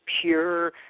pure